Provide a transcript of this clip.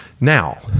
now